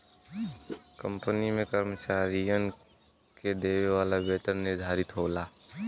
company में कर्मचारियन के देवे वाला वेतन निर्धारित होला